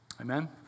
Amen